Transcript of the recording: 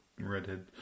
redhead